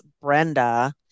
Brenda